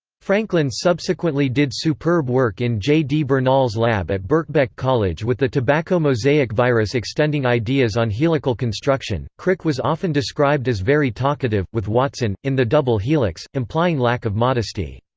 franklin subsequently did superb work in j. d. bernal's lab at birkbeck college with the tobacco mosaic virus extending ideas on helical construction crick was often described as very talkative, with watson in the double helix implying lack of modesty.